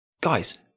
guys